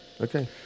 Okay